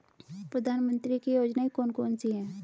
प्रधानमंत्री की योजनाएं कौन कौन सी हैं?